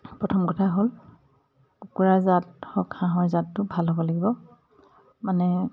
প্ৰথম কথা হ'ল কুকুুৰাৰ জাত হওক হাঁহৰ জাতটো ভাল হ'ব লাগিব মানে